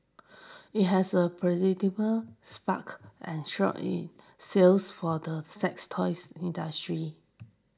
it has a predicable sparked and short in sales for the sex toys industry